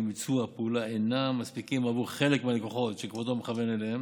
לביצוע הפעולה אינם מספקים עבור חלק מהלקוחות שכבודו מכוון אליהם